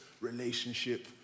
relationship